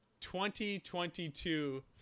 2022